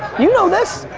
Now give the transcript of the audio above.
you know this.